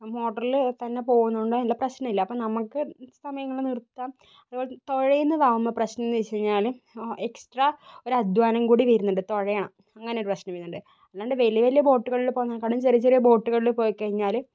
മോട്ടറിൽ തന്നെ പോകുന്നത് കൊണ്ട് അതിന് പ്രശ്നമില്ല അപ്പം നമുക്ക് സമയങ്ങള് നിർത്താം തുഴയുന്നതാവുമ്പോൾ പ്രശ്നമെന്നുവെച്ചിരുന്നാല് എക്സ്ട്രാ ഒരു അധ്വാനം കൂടെ വരുന്നുണ്ട് തൊഴയണം അങ്ങനെ ഒരു പ്രശ്നം വരുന്നുണ്ട് അല്ലാണ്ട് വലിയ വലിയ ബോട്ടുകളിൽ പോവുന്നേ കാലും ചെറിയ ചെറിയ ബോട്ടുകളിൽ പോയി കഴിഞ്ഞാല്